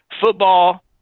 football